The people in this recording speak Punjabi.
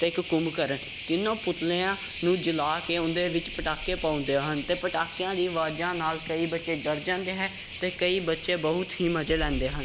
ਅਤੇ ਇੱਕ ਕੁੰਭਕਰਨ ਤਿੰਨੋਂ ਪੁਤਲਿਆਂ ਨੂੰ ਜਲਾ ਕੇ ਉਹਨਾਂ ਦੇ ਵਿੱਚ ਪਟਾਕੇ ਪਾਉਂਦੇ ਹਨ ਅਤੇ ਪਟਾਕਿਆਂ ਦੀ ਆਵਾਜ਼ਾਂ ਨਾਲ ਕਈ ਬੱਚੇ ਡਰ ਜਾਂਦੇ ਹੈ ਅਤੇ ਕਈ ਬੱਚੇ ਬਹੁਤ ਹੀ ਮਜੇ ਲੈਂਦੇ ਹਨ